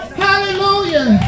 hallelujah